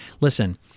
Listen